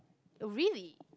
really